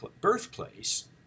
birthplace